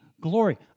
glory